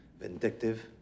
vindictive